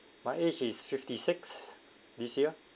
my age is fifty six this year